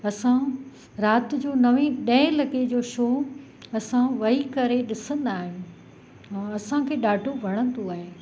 असां राति जो नवें ॾहें लॻे पंहिंजो शो असां वही करे ॾिसंदा आहियूं असांखे ॾाढो वणंदो आहे